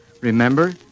Remember